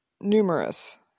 Numerous